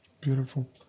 Beautiful